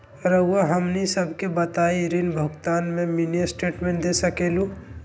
रहुआ हमनी सबके बताइं ऋण भुगतान में मिनी स्टेटमेंट दे सकेलू?